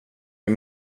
jag